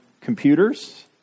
computers